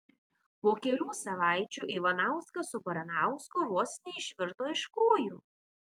po kelių savaičių ivanauskas su baranausku vos neišvirto iš kojų